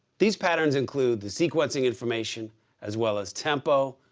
these patterns include the sequencing information as well as tempo,